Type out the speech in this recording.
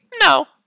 No